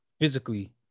physically